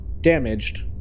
damaged